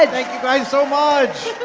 thank you guys so much!